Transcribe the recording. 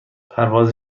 پرواز